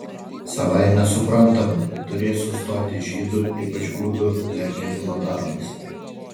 savaime suprantama turės sustoti žydų ypač gudų lenkinimo darbas